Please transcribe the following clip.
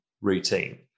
routine